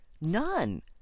None